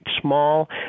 small